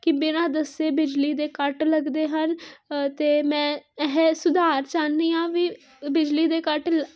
ਕਿ ਬਿਨਾਂ ਦੱਸੇ ਬਿਜਲੀ ਦੇ ਕੱਟ ਲੱਗਦੇ ਹਨ ਅਤੇ ਮੈਂ ਇਹ ਸੁਧਾਰ ਚਾਹੁੰਦੀ ਹਾਂ ਵੀ ਬਿਜਲੀ ਦੇ ਕੱਟ ਲ